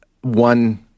one